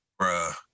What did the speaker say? Bruh